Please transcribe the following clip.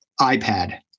ipad